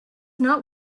not